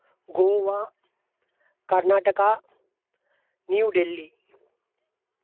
Goa Karnataka New Delhi